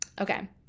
Okay